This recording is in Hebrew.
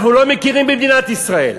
אנחנו לא מכירים במדינת ישראל,